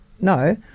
no